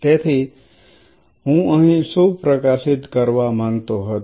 તેથી હું અહીં શું પ્રકાશિત કરવા માંગતો હતો